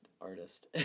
artist